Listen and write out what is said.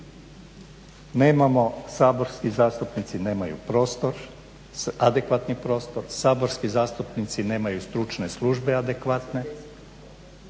nemamo. Saborski zastupnici nemaju prostor, adekvatni prostor, saborski zastupnici nemaju stručne službe adekvatne.